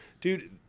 Dude